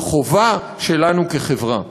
זה חובה שלנו כחברה.